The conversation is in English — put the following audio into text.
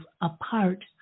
apart